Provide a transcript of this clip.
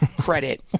credit